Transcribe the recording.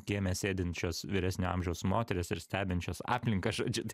kieme sėdinčios vyresnio amžiaus moterys ir stebinčios aplinką žodžiu